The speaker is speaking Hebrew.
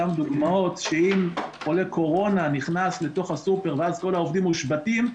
סתם דוגמאות שאם חולק קורונה נכנס לסופר ואז כל העובדים מושבתים,